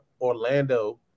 Orlando